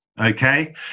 okay